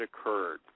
occurred